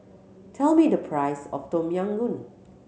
tell me the price of Tom Yam Goong